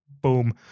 Boom